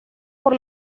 por